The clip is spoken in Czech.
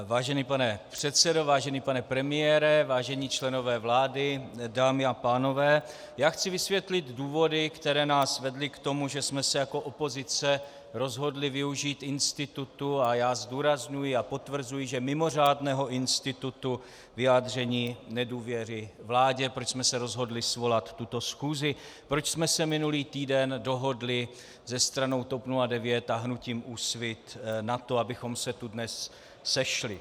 Vážený pane předsedo, vážený pane premiére, vážení členové vlády, dámy a pánové, já chci vysvětlit důvody, které nás vedly k tomu, že jsme se jako opozice rozhodli využít institutu a já zdůrazňuji a potvrzuji, že mimořádného institutu vyjádření nedůvěry vládě, proč jsme se rozhodli svolat tuto schůzi, proč jsme se minulý týden dohodli se stranou TOP 09 a hnutím Úsvit na tom, abychom se tu dnes sešli.